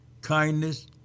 kindness